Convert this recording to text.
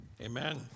amen